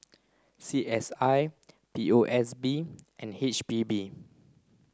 C S I P O S B and H P B